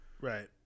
right